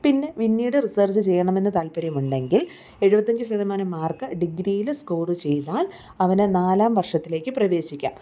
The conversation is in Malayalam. പിന്നെ വിന്നീട് റിസെർച്ച് ചെയ്യണമെന്ന് താല്പര്യമുണ്ടെങ്കിൽ എഴുപത്തി അഞ്ച് ശതമാനം മാർക്ക് ഡിഗ്രിയിൽ സ്കോറ് ചെയ്താൽ അവന് നാലാം വർഷത്തിലേക്ക് പ്രവേശിക്കാം